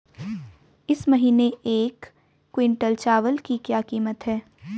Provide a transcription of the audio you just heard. इस महीने एक क्विंटल चावल की क्या कीमत है?